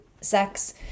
sex